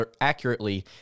accurately